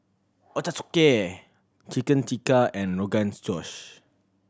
Ochazuke Chicken Tikka and Rogan's Josh